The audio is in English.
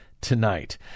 tonight